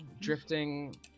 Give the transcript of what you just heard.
drifting